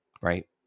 right